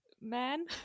man